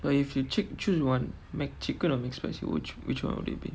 or if you choo~ choose one McChicken or McSpicy which which [one] would it be